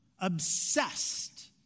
obsessed